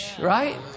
right